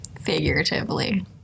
Figuratively